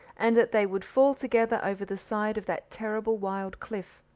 and that they would fall together over the side of that terrible wild cliff.